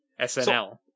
SNL